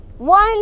One